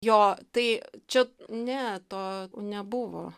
jo tai čia ne to nebuvo